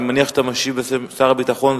אני מניח שאתה משיב בשם שר הביטחון,